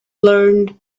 learned